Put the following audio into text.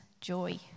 joy